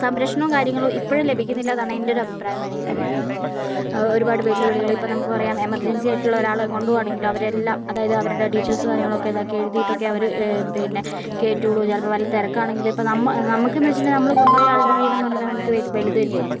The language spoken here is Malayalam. സംരക്ഷണവും കാര്യങ്ങളും ഇപ്പഴും ലഭിക്കുന്നില്ല എന്നതാണ് എൻ്റെ ഒരു അഭിപ്രായം എന്ന് വേണമെങ്കിൽ പറയാം വേണെങ്കിൽ ഒരുപാട് വെല്ലുവിളി ഇപ്പം നമുക്ക് പറയാം എമർജൻസിയായിട്ടുള്ള ഒരാളെ കൊണ്ടുപോവുകയാണെങ്കിലും അവരെല്ലാം അതായത് അവരുടെ ഡീറ്റെയിൽസ് കാര്യങ്ങൾളൊക്കെ ഇതാക്കി എഴുതിട്ടൊക്കെ അവര് പിന്നെ കേറ്റൂള്ളൂ ചിലപ്പോൾ വല്ല തിരക്കാണെങ്കിൽ ഇപ്പം നമ്മൾ നമുക്കെന്ന് വച്ചിട്ടുണ്ടെങ്കിൽ നമ്മൾ കൊണ്ടുപോയ ആളുടെ ജീവൻ എന്ന് പറഞ്ഞാൽ വ വലുത് തന്നെയായിരിക്കും